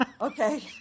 Okay